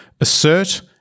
assert